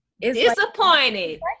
Disappointed